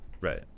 right